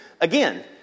again